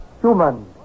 human